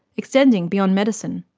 extending beyond medicine.